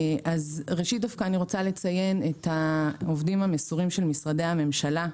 ראשית אני רוצה לציין את העובדים המסורים של משרדי הממשלה,